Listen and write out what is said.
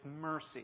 mercy